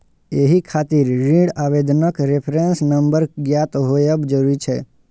एहि खातिर ऋण आवेदनक रेफरेंस नंबर ज्ञात होयब जरूरी छै